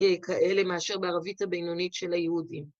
כאלה מאשר בערבית הבינונית של היהודים.